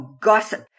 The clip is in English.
gossip